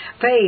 faith